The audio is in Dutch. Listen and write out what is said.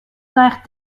naar